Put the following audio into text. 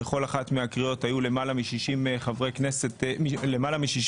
בכל אחת מהקריאות היו למעלה מ-61 חברי כנסת שתמכו